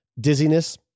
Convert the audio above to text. Dizziness